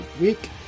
week